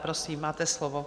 Prosím, máte slovo.